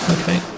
Okay